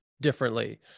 differently